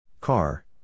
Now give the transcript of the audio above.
Car